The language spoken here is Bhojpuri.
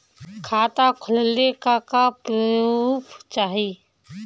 खाता खोलले का का प्रूफ चाही?